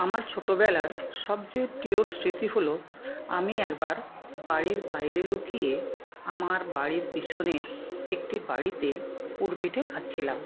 আমার ছোটবেলার সবচেয়ে প্রিয় স্মৃতি হল আমি একবার বাড়ির বাইরে লুকিয়ে আমার বাড়ির পিছনের একটি বাড়িতে পুর পিঠে খাচ্ছিলাম